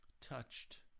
touched